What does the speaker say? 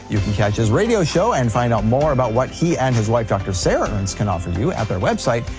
you can catch his radio show and find out more about what he and his wife dr. sarah ernst can offer you at their website,